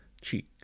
cheek